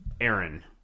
Aaron